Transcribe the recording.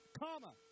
comma